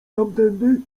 tamtędy